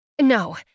No